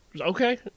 Okay